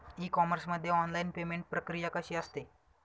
E commerce मध्ये online payment प्रक्रिया कशी असते?